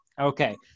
Okay